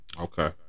okay